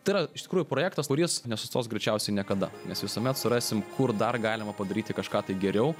tai yra iš tikrųjų projektas kuris nesustos greičiausiai niekada nes visuomet surasim kur dar galima padaryti kažką tai geriau